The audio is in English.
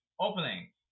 Opening